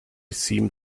seemed